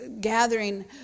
gathering